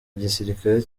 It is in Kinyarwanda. igisirikare